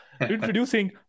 Introducing